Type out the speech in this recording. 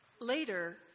Later